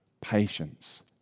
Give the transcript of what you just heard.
patience